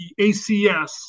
ACS